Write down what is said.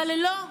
אבל לא.